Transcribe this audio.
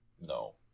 No